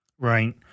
Right